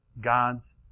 God's